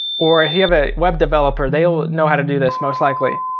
or if you have a web developer they will know how to do this most likely.